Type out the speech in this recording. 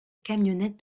camionnette